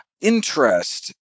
interest